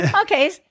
Okay